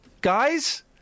guys